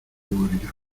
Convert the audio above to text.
morirá